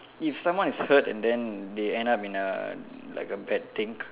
if someone is hurt and then they end up in a like a bad thing